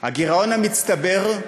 הגירעון המצטבר,